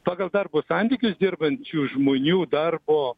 pagal darbo santykius dirbančių žmonių darbo